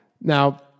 Now